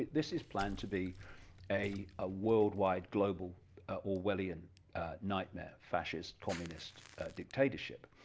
this is planned to be a ah worldwide global orwellian nightmare, fascist, communist dictatorship.